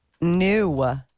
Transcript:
New